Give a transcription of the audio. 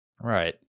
Right